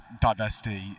diversity